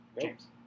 James